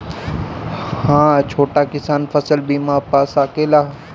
हा छोटा किसान फसल बीमा पा सकेला?